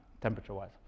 temperature-wise